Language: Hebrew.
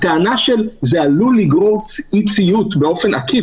הטענה שזה עלול לגרור אי-ציות באופן עקיף